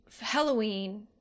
Halloween